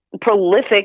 prolific